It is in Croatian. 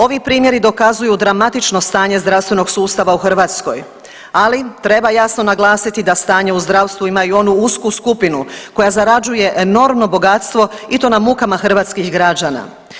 Ovi primjeri dokazuju dramatično stanje zdravstvenog sustava u Hrvatskoj, ali treba jasno naglasiti da stanje u zdravstvu ima i onu usku skupinu koja zarađuje enormno bogatstvo i to na mukama hrvatskih građana.